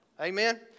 Amen